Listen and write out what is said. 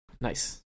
Nice